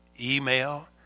email